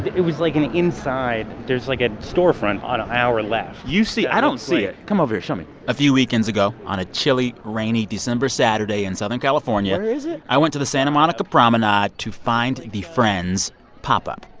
it was like an inside there's, like, a storefront on on our left you see i don't see it. come over here. show me a few weekends ago, on a chilly, rainy december saturday in southern california. where is it. i went to the santa monica promenade to find the friends pop-up.